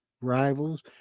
rivals